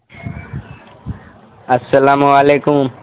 السلام علیکم